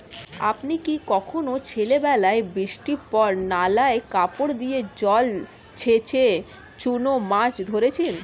আপনি কি কখনও ছেলেবেলায় বৃষ্টির পর নালায় কাপড় দিয়ে জল ছেঁচে চুনো মাছ ধরেছেন?